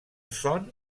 son